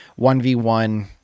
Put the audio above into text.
1v1